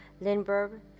Lindbergh